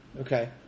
Okay